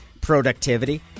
productivity